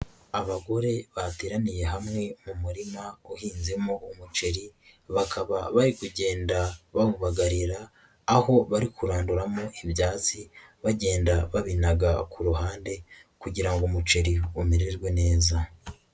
Abagore bateraniye hamwe mu murima uhinzemo umuceri bakaba bari kugenda bawubagarira, aho bari kuranduramo ibi ibyatsi bagenda babaga ku ruhande kugira ngo umuceri umererwe neza.